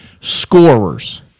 scorers